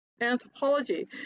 anthropology